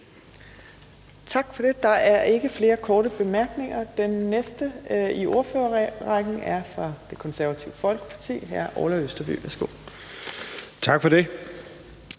Tak for det. Der er ikke flere korte bemærkninger. Den næste i ordførerrækken er fra Det Konservative Folkeparti, hr. Orla Østerby. Værsgo. Kl.